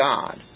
God